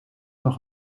nog